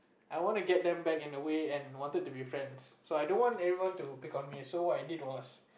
I wanna get them back in a way and wanted to be friends so I don't want everyone to pick on me so what I did was